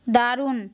দারুণ